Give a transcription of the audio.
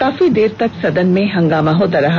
काफी देर तक सदन में हंगामा होता रहा